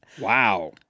Wow